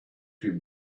him